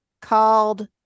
called